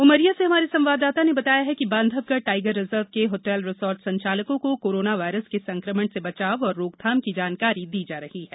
उमरिया से हमारे संवाददाता ने बताया है कि बांधवगढ़ टाइगर रिजर्व के होटल रिसॉर्ट संचालकों को कोरोना वायरस के संकमण से बचाव और रोकथाम की जानकारी दी जा रही है